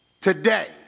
Today